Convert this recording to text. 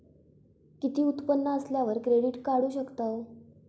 किती उत्पन्न असल्यावर क्रेडीट काढू शकतव?